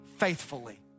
faithfully